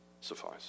suffice